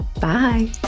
Bye